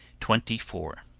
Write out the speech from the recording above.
twenty four.